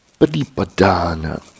Padipadana